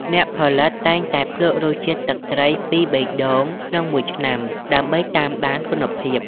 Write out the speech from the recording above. អ្នកផលិត តែងតែភ្លក់រសជាតិទឹកត្រីពីរបីដងក្នុងមួយឆ្នាំដើម្បីតាមដានគុណភាព។